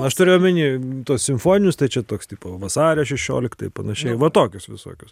aš turiu omeny tuos simfoninius tai čia toks tipo vasario šešioliktai panašiai va tokius visokius